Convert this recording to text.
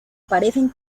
parecen